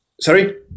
Sorry